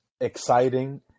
Exciting